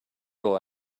will